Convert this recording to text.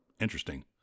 Interesting